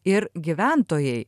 ir gyventojai